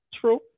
True